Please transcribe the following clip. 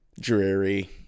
dreary